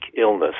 illness